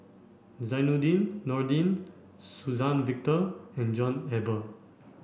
Zainudin Nordin Suzann Victor and John Eber